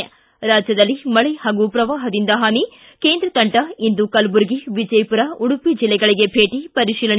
ಿ ರಾಜ್ಯದಲ್ಲಿ ಮಳೆ ಹಾಗೂ ಪ್ರವಾಹದಿಂದ ಹಾನಿ ಕೇಂದ್ರ ತಂಡದಿಂದ ಇಂದು ಕಲಬುರಗಿ ವಿಜಯಪುರ ಉಡುಪಿ ಜಿಲ್ಲೆಗಳಿಗೆ ಭೇಟಿ ಪರಿಶೀಲನೆ